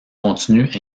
continue